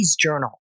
Journal